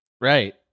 Right